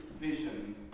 vision